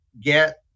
get